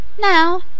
Now